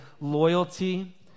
loyalty